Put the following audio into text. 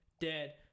dead